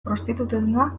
prostitutena